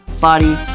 body